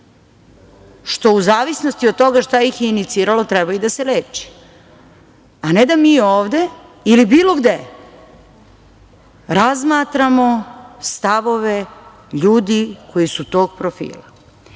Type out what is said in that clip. što u zavisnosti od toga šta ih je iniciralo treba i da se leči, a ne da mi ovde ili bilo gde razmatramo stavove ljudi koji su tog profila.U